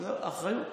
אחריות.